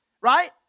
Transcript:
Right